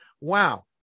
wow